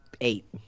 Eight